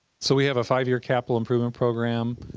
so we have a five-year capital improvement program,